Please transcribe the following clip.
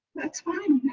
that's fine.